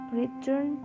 return